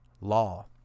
law